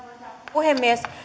puhemies